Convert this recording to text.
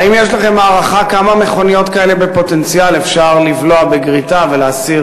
האם יש לכם הערכה כמה מכוניות כאלה בפוטנציאל אפשר לבלוע בגריטה ולהסיר